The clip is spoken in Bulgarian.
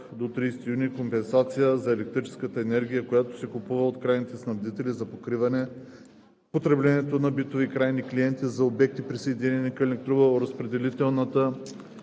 до 30 юни компенсация за електрическа енергия, която се купува от крайните снабдители за покриване потреблението на битови крайни клиенти за обекти, присъединени към електроразпределителна